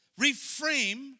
reframe